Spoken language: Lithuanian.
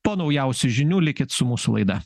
po naujausių žinių likit su mūsų laida